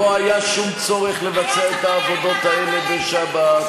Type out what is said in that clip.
לא היה שום צורך לבצע את העבודות האלה בשבת,